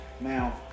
Now